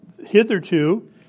Hitherto